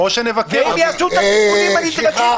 והם יעשו את התיקונים הנדרשים,